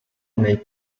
nei